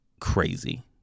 crazy